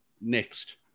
next